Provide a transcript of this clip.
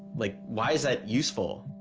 like why is that useful?